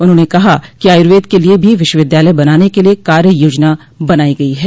उन्होंने कहा कि आयुर्वेद के लिये भी विश्वविद्यालय बनाने के लिये कार्य योजना बनाई गई है